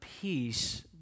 peace